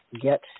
get